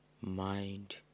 mind